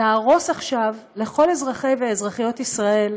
להרוס עכשיו לכל אזרחי ואזרחיות ישראל